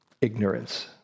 ignorance